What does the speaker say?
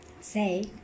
Say